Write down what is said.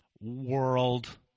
world